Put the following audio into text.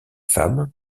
femmes